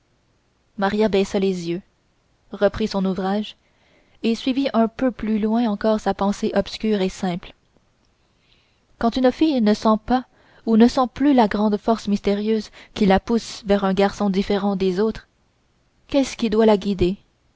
maria baissa les yeux reprit son ouvrage et suivit un peu plus loin encore sa pensée obscure et simple quand une jeune fille ne sent pas ou ne sent plus la grande force mystérieuse qui la pousse vers un garçon différent des autres qu'est-ce qui doit la guider